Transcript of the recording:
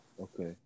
Okay